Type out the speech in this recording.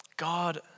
God